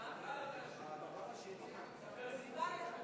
אחד אחרי השני מדברים שטויות,